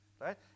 right